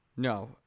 No